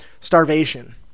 starvation